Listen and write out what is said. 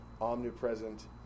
omnipresent